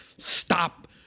Stop